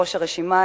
בראש הרשימה,